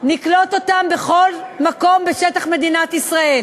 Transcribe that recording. נקלוט אותם בכל מקום בשטח מדינת ישראל,